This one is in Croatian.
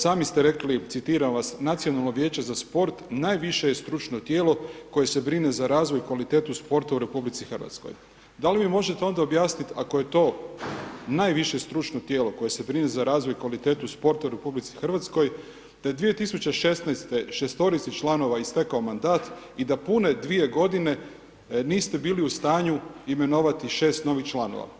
Sami ste rekli, citiram vas: „Nacionalno vijeće za sport najviše je stručno tijelo koje se brine za razvoj i kvalitetu sporta u RH.“ Da li mi možete onda objasniti, ako je to najviše stručno tijelo koje se brine za razvoj i kvalitetu sporta u RH, da je 2016. šestorici članova istekao mandat i da pune 2 godine niste bili u stanju imenovati 6 novih članova.